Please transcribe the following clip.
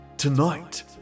tonight